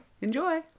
Enjoy